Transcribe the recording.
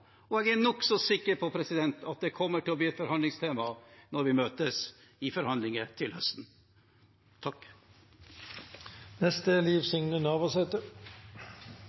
og jeg er nokså sikker på at det kommer til å bli et forhandlingstema når vi møtes i forhandlinger til høsten.